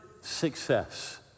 success